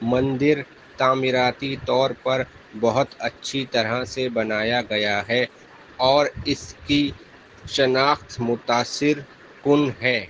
مندر تعمیراتی طور پر بہت اَچّھی طرح سے بنایا گیا ہے اور اس کی شناخت متاثر کن ہے